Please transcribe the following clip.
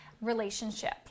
relationship